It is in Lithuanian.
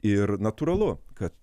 ir natūralu kad